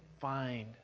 find